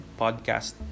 podcast